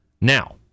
Now